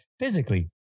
Physically